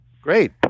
Great